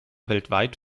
weltweit